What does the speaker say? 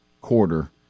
quarter